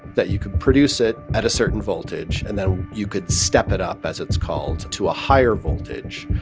that you could produce it at a certain voltage, and then you could step it up, as it's called, to a higher voltage.